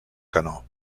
canó